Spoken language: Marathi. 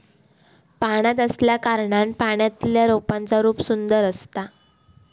पाण्यात असल्याकारणान पाण्यातल्या रोपांचा रूप सुंदर असता